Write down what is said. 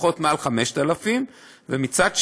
לפחות 5,000. מצד שני,